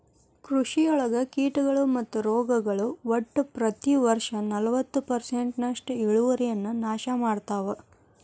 ಕೃಷಿಯೊಳಗ ಕೇಟಗಳು ಮತ್ತು ರೋಗಗಳು ಒಟ್ಟ ಪ್ರತಿ ವರ್ಷನಲವತ್ತು ಪರ್ಸೆಂಟ್ನಷ್ಟು ಇಳುವರಿಯನ್ನ ನಾಶ ಮಾಡ್ತಾವ